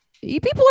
people